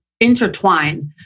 intertwine